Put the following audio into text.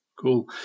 cool